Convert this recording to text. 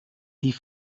die